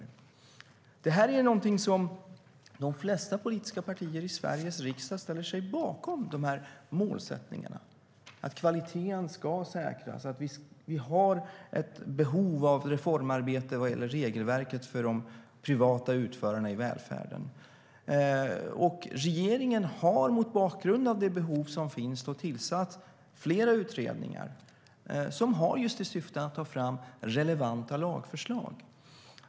De målsättningarna är något som de flesta politiska partier i Sveriges riksdag ställer sig bakom, att kvaliteten ska säkras, att vi har ett behov av reformarbete vad gäller regelverket för de privata utförarna i välfärden. Regeringen har mot bakgrund av det behov som finns tillsatt flera utredningar som just har till syfte att ta fram relevanta lagförslag.